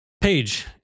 page